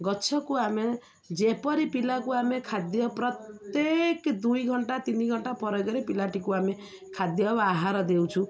ଗଛକୁ ଆମେ ଯେପରି ପିଲାକୁ ଆମେ ଖାଦ୍ୟ ପ୍ରତ୍ୟେକ ଦୁଇ ଘଣ୍ଟା ତିନି ଘଣ୍ଟା ପରେକରେ ପିଲାଟିକୁ ଆମେ ଖାଦ୍ୟ ବା ଆହାର ଦେଉଛୁ